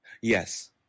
Yes